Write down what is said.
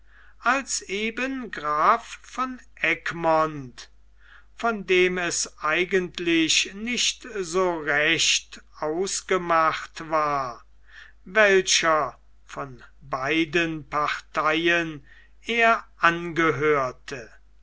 als eben graf von egmont von dem es eigentlich nicht so recht ausgemacht war welcher von beiden parteien er angehörte